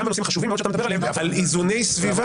גם בנושאים החשובים מאוד שאתה מדבר עליהם על איזוני סביבה,